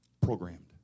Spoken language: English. programmed